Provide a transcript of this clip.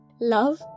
Love